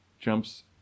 Jumps